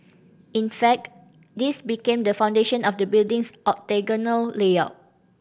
in fact this became the foundation of the building's octagonal layout